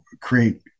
create